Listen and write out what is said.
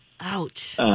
Ouch